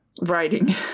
writing